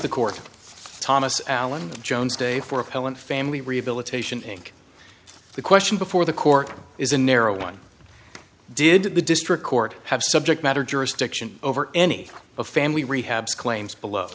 the court thomas alan jones day for appellant family rehabilitation inc the question before the court is a narrow one did the district court have subject matter jurisdiction over any of family rehabs claims below